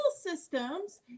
systems